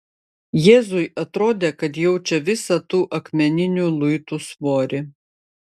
jėzui atrodė kad jaučia visą tų akmeninių luitų svorį